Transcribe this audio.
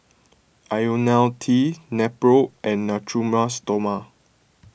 Ionil T Nepro and Natura Stoma